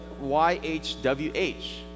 Y-H-W-H